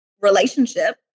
relationship